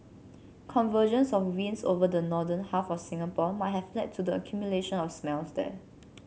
convergence of winds over the northern half of Singapore might have led to the accumulation of smells there